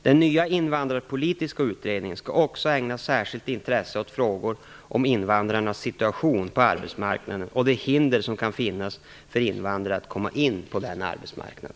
Den nya invandrarpolitiska utredningen skall också ägna särskilt intresse åt frågor om invandrarnas situation på arbetsmarknaden och de hinder som kan finnas för invandrare att komma in på denna arbetsmarknad.